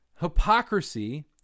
hypocrisy